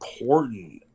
important